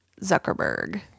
Zuckerberg